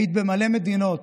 היית במלא מדינות,